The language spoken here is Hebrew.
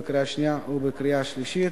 בקריאה שנייה ובקריאה שלישית,